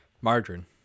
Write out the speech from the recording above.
Margarine